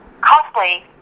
cosplay